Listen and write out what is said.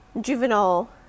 juvenile